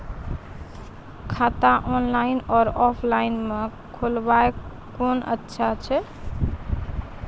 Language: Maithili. खाता ऑनलाइन और ऑफलाइन म खोलवाय कुन अच्छा छै?